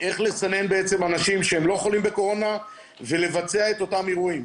איך לסנן בעצם אנשים שהם לא חולים בקורונה ולבצע את אותם אירועים.